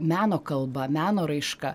meno kalba meno raiška